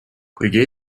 kuigi